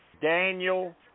Daniel